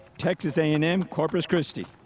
texas a and m corpus christi.